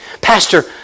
Pastor